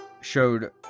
showed